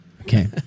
Okay